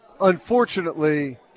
unfortunately